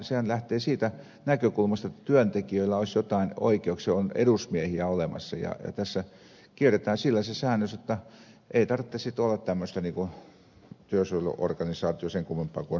sehän lähtee siitä näkökulmasta jotta työntekijöillä olisi jotain oikeuksia on edusmiehiä olemassa ja tässä kierretään sillä se säännös jotta ei tarvitse olla sitten sen kummempaa työsuojeluorganisaatiota kun on vähän työntekijöitä